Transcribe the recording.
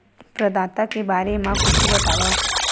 प्रदाता के बारे मा कुछु बतावव?